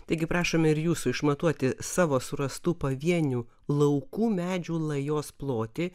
taigi prašome ir jūsų išmatuoti savo surastų pavienių laukų medžių lajos plotį